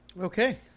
Okay